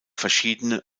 verschiedene